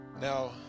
Now